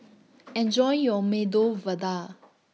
Enjoy your Medu Vada